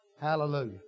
Hallelujah